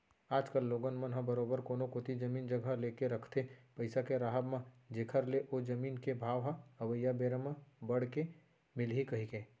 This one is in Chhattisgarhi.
आज कल लोगन मन ह बरोबर कोनो कोती जमीन जघा लेके रखथे पइसा के राहब म जेखर ले ओ जमीन के भाव ह अवइया बेरा म बड़ के मिलही कहिके